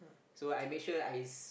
so I make sure I s~